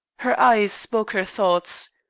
her eyes spoke her thoughts.